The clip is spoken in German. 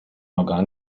organ